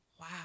Wow